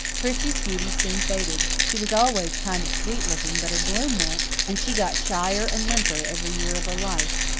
prissy's beauty soon faded. she was always kind of sweet looking, but her bloom went, and she got shyer and limper every year of her life.